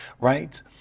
right